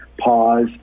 pause